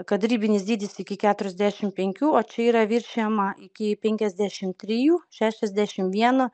kad ribinis dydis iki keturiasdešimt penkių o čia yra viršijama iki penkiasdešimt trijų šešiasdešimt vieno